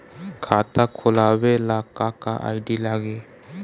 खाता खोलाबे ला का का आइडी लागी?